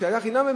כשהיה חינם,